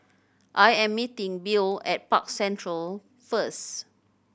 I am meeting Bill at Park Central first